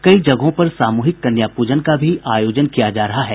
कई जगहों पर सामूहिक कन्या पूजन का भी आयोजन किया जा रहा है